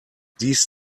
dies